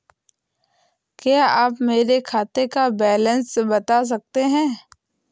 क्या आप मेरे खाते का बैलेंस बता सकते हैं?